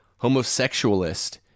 homosexualist